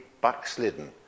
backslidden